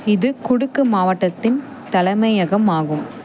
இது குடுக்கு மாவட்டத்தின் தலைமையகம் ஆகும்